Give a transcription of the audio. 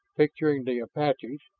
picturing the apaches,